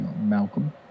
Malcolm